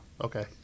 okay